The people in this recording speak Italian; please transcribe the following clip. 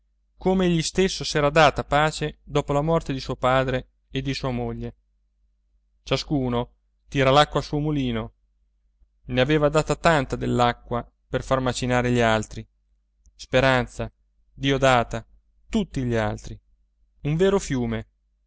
come egli stesso s'era data pace dopo la morte di suo padre e di sua moglie ciascuno tira l'acqua al suo mulino ne aveva data tanta dell'acqua per far macinare gli altri speranza diodata tutti gli altri un vero fiume